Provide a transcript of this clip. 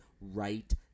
right